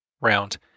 round